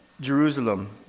Jerusalem